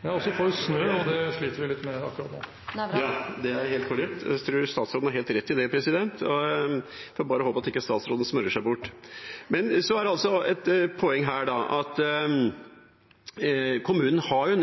Det sliter vi litt med akkurat nå. Ja, det er helt korrekt. Jeg tror statsråden har helt rett i det. Jeg får bare håpe statsråden ikke smører seg bort. Men det er et poeng her at kommunen har